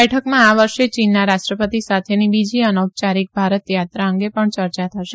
બેઠકમાં આ વર્ષે ચીનના રાષ્ટ્રપતિ સાથેની બીજી અનૌપયારિક ભારત યાત્રા અંગે પણ ચર્ચા થશે